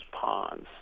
ponds